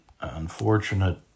unfortunate